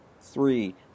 three